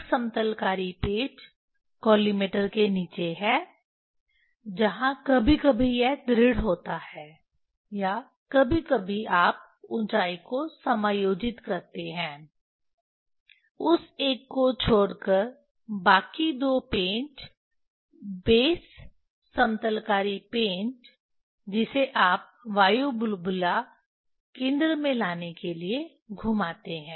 एक समतलकारी पेंच कॉलिमेटर के नीचे है जहां कभी कभी यह दृढ़ होता है या कभी कभी आप ऊंचाई को समायोजित करते हैं उस एक को छोड़ कर बाकी दो पेंच बेस समतलकारी पेंच जिसे आप वायु बुलबुला केंद्र में लाने के लिए घुमाते हैं